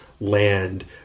land